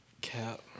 Cap